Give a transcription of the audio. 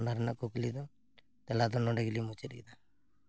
ᱚᱱᱟ ᱨᱮᱱᱟᱜ ᱠᱩᱠᱞᱤ ᱫᱚ ᱛᱮᱞᱟ ᱫᱚ ᱱᱚᱰᱮ ᱜᱮᱞᱤᱧ ᱢᱩᱪᱟᱹᱫ ᱮᱫᱟ